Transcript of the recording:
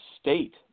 state